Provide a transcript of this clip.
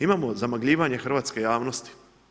Imamo zamagljivanje hrvatske javnosti.